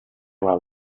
well